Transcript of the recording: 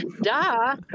duh